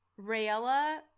Rayella